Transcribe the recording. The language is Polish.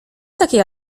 takiej